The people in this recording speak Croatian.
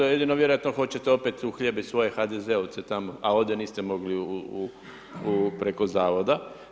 Jedino vjerojatno hoćete opet uhljebiti svoje HDZ-ovce tamo a ovdje niste mogli preko Zavoda.